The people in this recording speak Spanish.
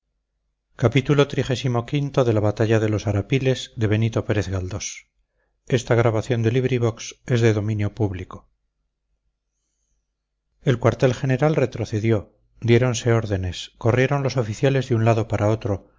el cuartel general retrocedió diéronse órdenes corrieron los oficiales de un lado para otro